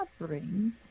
suffering